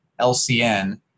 LCN